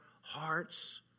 hearts